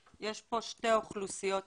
יש פה שתי אוכלוסיות מוחלשות.